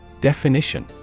Definition